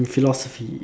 philosophy